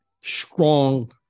Strong